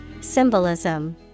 Symbolism